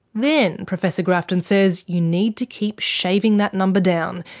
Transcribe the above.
then, professor grafton says, you need to keep shaving that number down,